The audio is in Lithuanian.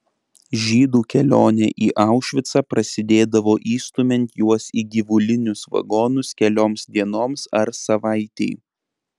žydų kelionė į aušvicą prasidėdavo įstumiant juos į gyvulinius vagonus kelioms dienoms ar savaitei